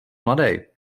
mladej